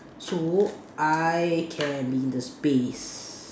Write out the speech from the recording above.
so I can be the space